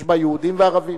בה יהודים וערבים.